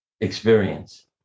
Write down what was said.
experience